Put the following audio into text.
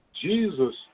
Jesus